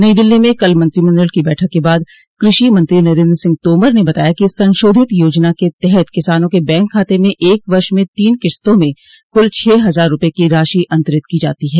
नई दिल्ली में कल मंत्रिमंडल की बैठक के बाद कृषि मंत्री नरेन्द्र सिंह तोमर ने बताया कि संशोधित योजना के तहत किसानों के बैंक खाते में एक वर्ष में तीन किस्तों में कुल छह हजार रुपये की राशि अंतरित की जाती है